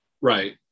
right